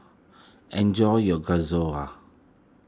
enjoy your